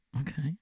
Okay